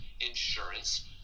insurance